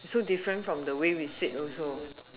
so different from the way we sit also